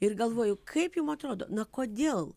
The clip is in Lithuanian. ir galvoju kaip jum atrodo na kodėl